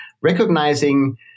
recognizing